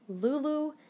Lulu